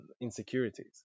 insecurities